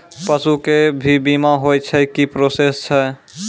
पसु के भी बीमा होय छै, की प्रोसेस छै?